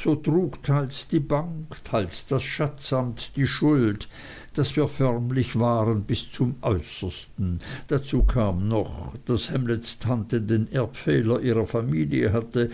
so trug teils die bank teils das schatzamt die schuld daß wir förmlich waren bis zum äußersten dazu kam noch daß hamlets tante den erbfehler ihrer familie hatte